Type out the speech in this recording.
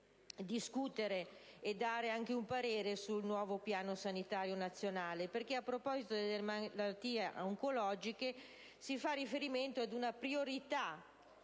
e dare un parere sul nuovo Piano sanitario nazionale, perché, a proposito delle malattie oncologiche, si fa riferimento ad una priorità